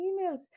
emails